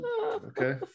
okay